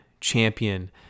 champion